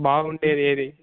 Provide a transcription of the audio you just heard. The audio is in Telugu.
బాగుండేది ఏది